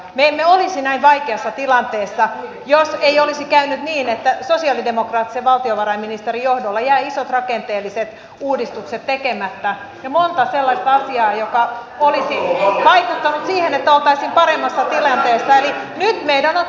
me emme olisi näin vaikeassa tilanteessa jos ei olisi käynyt niin että sosialidemokraattisen valtiovarainministerin johdolla jäivät isot rakenteelliset uudistukset tekemättä ja monta sellaista asiaa jotka olisivat vaikuttaneet siihen että oltaisiin paremmassa tilanteessa